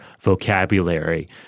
vocabulary